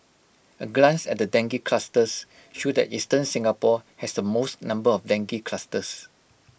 A glance at the dengue clusters show that eastern Singapore has the most number of dengue clusters